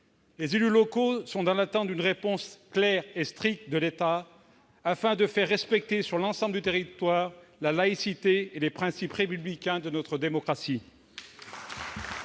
Les élus locaux sont dans l'attente d'une réponse claire et stricte de l'État, afin de faire respecter sur l'ensemble du territoire la laïcité et les principes républicains de notre démocratie.